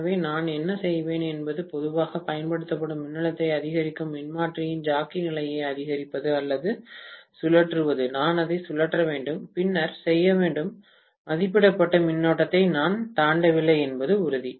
எனவே நான் என்ன செய்வேன் என்பது மெதுவாக பயன்படுத்தப்படும் மின்னழுத்தத்தை அதிகரிக்கும் மின்மாற்றியின் ஜாக்கி நிலையை அதிகரிப்பது அல்லது சுழற்றுவது நான் அதை சுழற்ற வேண்டும் பின்னர் செய்ய வேண்டும் மதிப்பிடப்பட்ட மின்னோட்டத்தை நான் தாண்டவில்லை என்பது உறுதி